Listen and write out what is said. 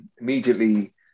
immediately